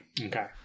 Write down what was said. Okay